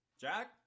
Jack